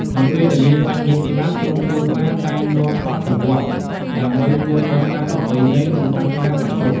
នៅពេលដែលមានសាច់ញាតិស្លាប់ ក្រុមគ្រួសារតែងនាំសពទៅវត្ត ដើម្បីធ្វើបុណ្យតាមប្រពៃណី និងសាសនាព្រះពុទ្ធ។